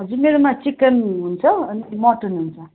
हजुर मेरोमा चिकन हुन्छ अनि मटन हुन्छ